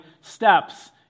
steps